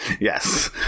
Yes